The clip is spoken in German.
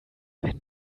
wenn